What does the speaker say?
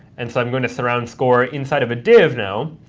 and so i'm going to surround score inside of a div now,